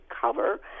cover